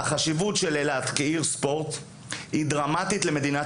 החשיבות של אילת כעיר ספורט היא דרמטית למדינת